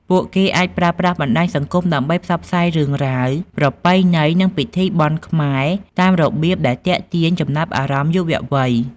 ពួកគេអាចប្រើប្រាស់បណ្ដាញសង្គមដើម្បីផ្សព្វផ្សាយរឿងរ៉ាវ ប្រពៃណី និងពិធីបុណ្យខ្មែរតាមរបៀបដែលទាក់ទាញចំណាប់អារម្មណ៍យុវវ័យ។